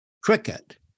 cricket